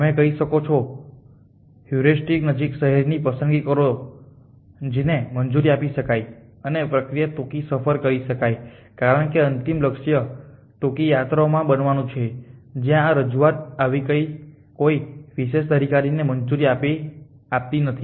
તમે કહી શકો છો કે હ્યુરિસ્ટિકલી નજીકના શહેરની પસંદગી કરો જેને મંજૂરી આપી શકાય અને પ્રક્રિયામાં ટૂંકી સફર કરી શકાય કારણ કે અંતિમ લક્ષ્ય ટૂંકી યાત્રાઓ બનાવવાનું છે જ્યાં આ રજૂઆત આવા કોઈ વિશેષાધિકારને મંજૂરી આપતી નથી